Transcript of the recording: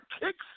kicks